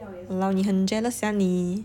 !walao! 你很 jealous ah 你